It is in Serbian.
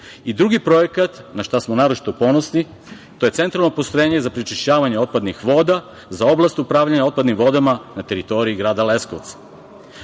I, drugi projekat, na šta smo naročito ponosni. To je centralno postrojenje za prečišćavanje otpadnih voda za oblast upravljanja otpadnim vodama na teritoriji grada